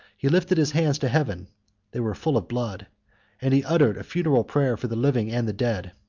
he lifted his hands to heaven they were full of blood and he uttered a funeral prayer for the living and the dead.